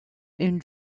une